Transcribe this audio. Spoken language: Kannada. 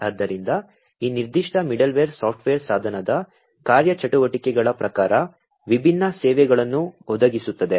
ಆದ್ದರಿಂದ ಈ ನಿರ್ದಿಷ್ಟ ಮಿಡಲ್ವೇರ್ ಸಾಫ್ಟ್ವೇರ್ ಸಾಧನದ ಕಾರ್ಯಚಟುವಟಿಕೆಗಳ ಪ್ರಕಾರ ವಿಭಿನ್ನ ಸೇವೆಗಳನ್ನು ಒದಗಿಸುತ್ತದೆ